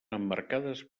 emmarcades